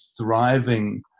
thriving